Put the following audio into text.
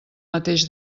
mateix